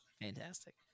Fantastic